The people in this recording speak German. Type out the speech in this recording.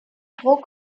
druck